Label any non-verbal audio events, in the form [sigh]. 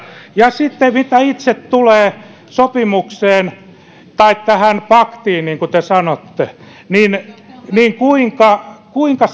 ja mitä sitten tulee itse tähän sopimukseen tai paktiin niin kuin te sanotte niin niin kuinka kuinka [unintelligible]